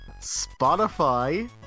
Spotify